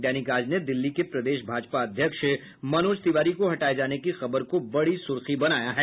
दैनिक आज ने दिल्ली के प्रदेश भाजपा अध्यक्ष मनोज तिवारी को हटाये जाने की खबर को बड़ी सुर्खी बनाया है